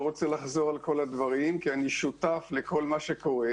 אחזור על כל הדברים כי אני שותף לכל מה שקורה.